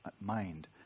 mind